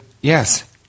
yes